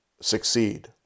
succeed